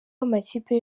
amakipe